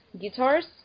guitars